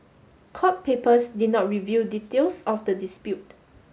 court papers did not reveal details of the dispute